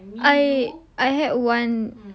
I I had one